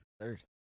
third